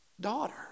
daughter